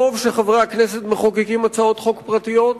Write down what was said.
טוב שחברי הכנסת מחוקקים הצעות חוק פרטיות.